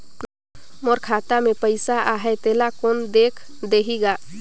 मोर खाता मे पइसा आहाय तेला कोन देख देही गा?